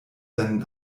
seinen